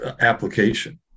application